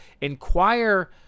inquire